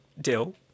dill